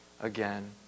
again